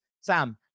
Sam